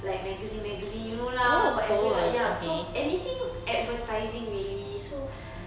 like magazine magazine you know lah whatever lah ya so anything advertising really so